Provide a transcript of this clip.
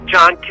John